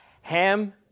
Ham